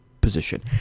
position